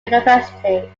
university